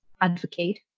advocate